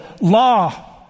law